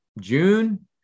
June